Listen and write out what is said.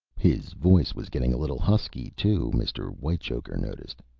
his voice was getting a little husky too, mr. whitechoker noticed.